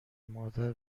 مادر